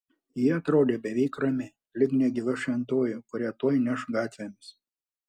ji atrodė beveik rami lyg negyva šventoji kurią tuoj neš gatvėmis